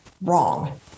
wrong